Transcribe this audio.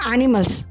Animals